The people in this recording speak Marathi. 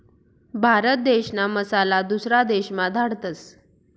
भारत देशना मसाला दुसरा देशमा धाडतस